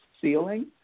ceiling